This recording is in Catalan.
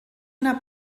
una